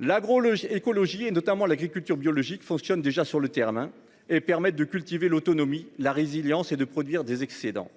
L'agro-écologie et notamment l'agriculture biologique fonctionnent déjà sur le terrain et permettent de cultiver l'autonomie la résilience et de produire des excédents.